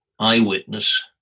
eyewitness